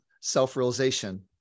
self-realization